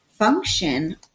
function